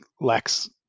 lacks